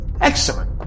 Excellent